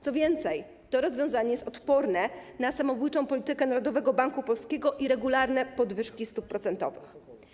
Co więcej, to rozwiązanie jest odporne na samobójczą politykę Narodowego Banku Polskiego i regularne podwyżki stóp procentowych.